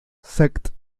sect